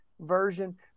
version